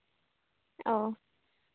ᱚ